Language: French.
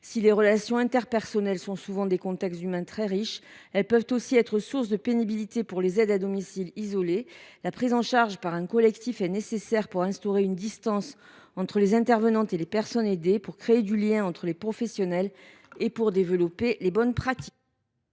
Si les relations interpersonnelles sont souvent très riches, elles peuvent aussi être source de pénibilité pour les aides à domicile isolées. La prise en charge par un collectif est nécessaire pour établir une distance entre les intervenantes et les personnes aidées, créer du lien entre les professionnelles et développer les bonnes pratiques.